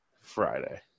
Friday